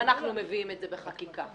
אנחנו מביאים את זה בחקיקה.